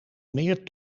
meer